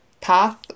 path